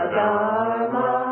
Dharma